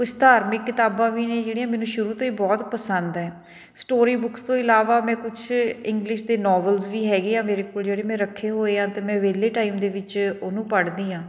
ਕੁਛ ਧਾਰਮਿਕ ਕਿਤਾਬਾਂ ਵੀ ਨੇ ਜਿਹੜੀਆਂ ਮੈਨੂੰ ਸ਼ੁਰੂ ਤੋਂ ਹੀ ਬਹੁਤ ਪਸੰਦ ਹੈ ਸਟੋਰੀ ਬੁੱਕਸ ਤੋਂ ਇਲਾਵਾ ਮੈਂ ਕੁਛ ਇੰਗਲਿਸ਼ ਦੇ ਨੋਵਲਸ ਵੀ ਹੈਗੇ ਹਾਂ ਮੇਰੇ ਕੋਲ ਜਿਹੜੇ ਮੈਂ ਰੱਖੇ ਹੋਏ ਹਾਂ ਅਤੇ ਮੈਂ ਵਿਹਲੇ ਟਾਈਮ ਦੇ ਵਿੱਚ ਉਹਨੂੰ ਪੜ੍ਹਦੀ ਹਾਂ